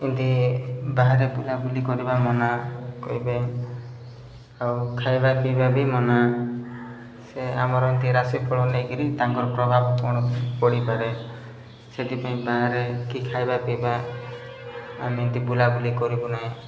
ଏମିତି ବାହାରେ ବୁଲାବୁଲି କରିବା ମନା କହିବେ ଆଉ ଖାଇବା ପିଇବା ବି ମନା ସେ ଆମର ଏମିତି ରାଶିଫଳ ନେଇକିରି ତାଙ୍କର ପ୍ରଭାବ କ'ଣ ପଡ଼ିପାରେ ସେଥିପାଇଁ ବାହାରେ କି ଖାଇବା ପିଇବା ଆମେ ଏମିତି ବୁଲାବୁଲି କରିବୁ ନାହିଁ